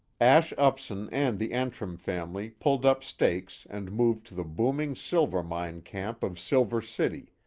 ash upson and the antrim family pulled up stakes and moved to the booming silver mining camp of silver city,